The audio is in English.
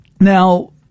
Now